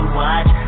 watch